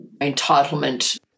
entitlement